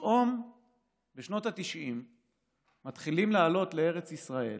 פתאום בשנות התשעים מתחילים לעלות לארץ ישראל